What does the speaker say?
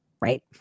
right